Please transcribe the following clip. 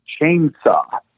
chainsaw